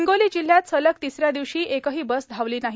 हिंगोली जिल्ह्यात सलग तिसऱ्या दिवशी एकही बस धावली नाही